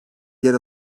yer